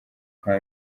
kwa